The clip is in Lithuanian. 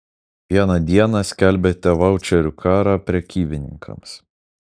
vieną dieną skelbiate vaučerių karą prekybininkams